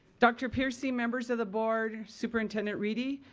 dr. peercy, members of the board, superintendent reedy,